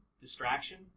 Distraction